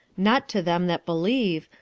not to them that believe,